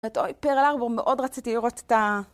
אוי, פרל הרבור, מאוד רציתי לראות את ה...